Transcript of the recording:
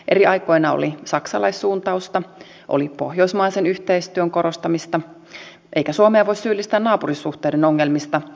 eri aikoina oli saksalaissuuntausta oli pohjoismaisen yhteistyön korostamista eikä suomea voi syyllistää naapurisuhteiden ongelmista